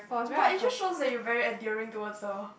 but it just shows that you very endearing towards the